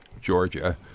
Georgia